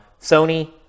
Sony